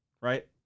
right